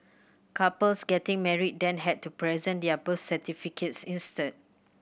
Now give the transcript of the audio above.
couples getting married then had to present their birth certificates instead